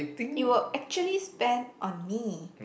you were actually spend on me